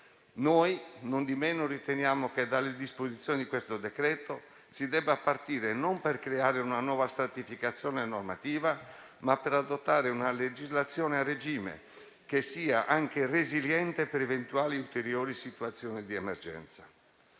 Noi, nondimeno, riteniamo che dalle disposizioni di questo decreto si debba partire non per creare una nuova stratificazione normativa, ma per adottare una legislazione a regime, che sia anche resiliente per eventuali ulteriori situazioni di emergenza.